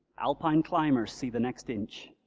alpine climbers see the next inch.